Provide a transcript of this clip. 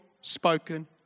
spoken